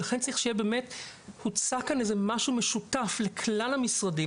ולכן צריך שיהיה באמת איזה שהוא משהו משותף לכלל המשרדים,